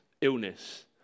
illness